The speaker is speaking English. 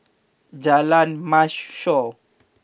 Jalan Mashhor